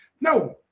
no